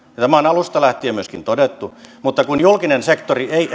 tämä on alusta lähtien myöskin todettu mutta julkinen sektori ei